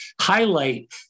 highlight